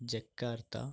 Jakarta